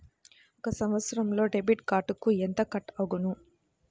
ఒక సంవత్సరంలో డెబిట్ కార్డుకు ఎంత కట్ అగును?